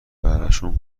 براشون